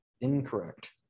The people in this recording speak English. Incorrect